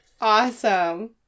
Awesome